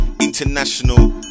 International